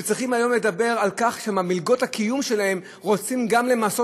וצריכים היום לדבר על כך שאת מלגות הקיום שלהם גם רוצים למסות,